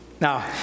Now